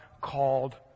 called